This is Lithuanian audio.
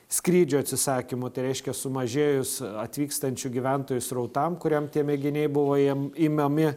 skrydžių atsisakymu tai reiškia sumažėjus atvykstančių gyventojų srautam kuriam tie mėginiai buvo jiem imami